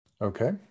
Okay